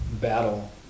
battle